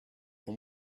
from